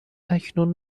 اکنون